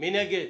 מי נגד?